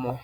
mo.